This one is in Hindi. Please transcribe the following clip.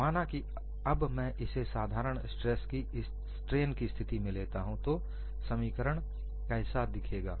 माना कि अब मैं इसे साधारण स्ट्रेन की स्थिति में लेता हूं तो समीकरण कैसा दिखेगा